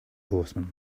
horsemen